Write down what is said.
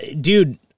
dude